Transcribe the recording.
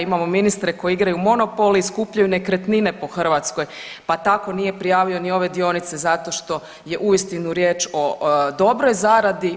Imamo ministre koji igraju monopoli i skupljaju nekretnine u Hrvatskoj, pa tako nije prijavio ni ove dionice zato što je uistinu riječ o dobroj zaradi.